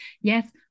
Yes